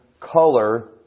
color